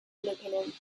looking